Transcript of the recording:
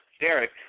Derek